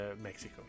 Mexico